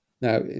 Now